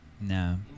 No